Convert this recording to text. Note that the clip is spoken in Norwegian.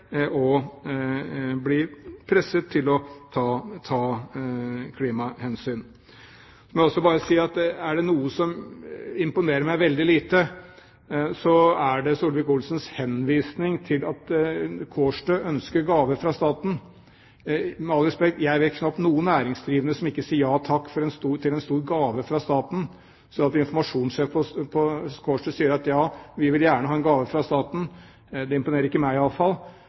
og blir presset til å ta klimahensyn. La meg også bare si at er det noe som imponerer meg veldig lite, er det Solvik-Olsens henvisning til at Kårstø ønsker gaver fra staten. Med all respekt: Jeg vet knapt noen næringsdrivende som ikke sier ja takk til en stor gave fra staten. Så at informasjonssjefen på Kårstø sier ja, vi vil gjerne ha en gave fra staten, imponerer